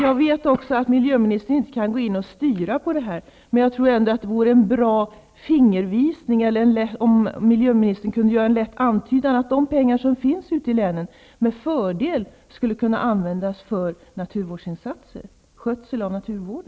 Jag vet också att miljöministern inte kan gå in och styra, men det vore en bra fingervisning om miljöministern kunde göra en lätt antydan om att de pengar som finns ute i länen med fördel skulle kunna användas för naturvårdsinsatser och skötsel av naturvården.